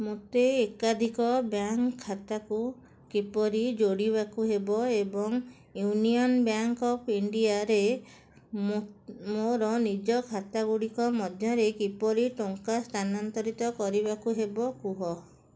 ମୋତେ ଏକାଧିକ ବ୍ୟାଙ୍କ୍ ଖାତାକୁ କିପରି ଯୋଡ଼ିବାକୁ ହେବ ଏବଂ ୟୁନିଅନ୍ ବ୍ୟାଙ୍କ୍ ଅଫ୍ ଇଣ୍ଡିଆରେ ମୋର ନିଜ ଖାତାଗୁଡ଼ିକ ମଧ୍ୟରେ କିପରି ଟଙ୍କା ସ୍ଥାନାନ୍ତରିତ କରିବାକୁ ହେବ କୁହ